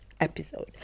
episode